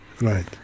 right